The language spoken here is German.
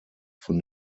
von